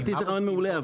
לדעתי זה רעיון מעולה,